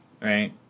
right